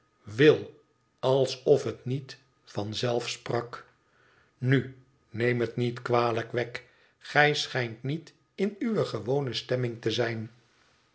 wil alsofhet niet van zelf sprak nu neem het niet kwalijk wegg gij schijnt niet m uwe gewone stemming te zijn